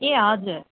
ए हजुर